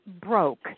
broke